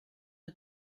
est